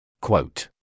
Quote